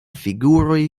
figuroj